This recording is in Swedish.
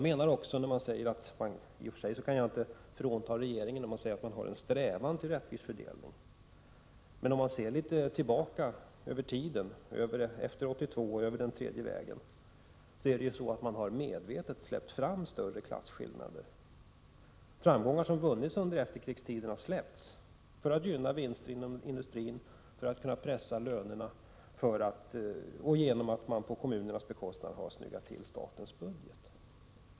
Bengt K Å Johansson säger visserligen att regeringen strävar efter en rättvis fördelning, men om man ser tillbaka i tiden, till 1982 och den tredje vägens politik, finner man att regeringen medvetet har låtit klasskillnaderna öka. Framgångar som har vunnits under efterkrigstiden har släppts, för att regeringen skulle kunna gynna vinster inom industrin, pressa ner lönerna och på kommunernas bekostnad snygga till statens budget.